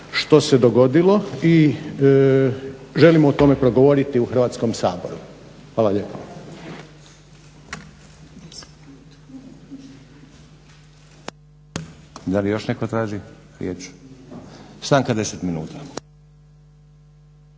što se dogodilo i želimo o tome progovoriti u Hrvatskom saboru. Hvala lijepo.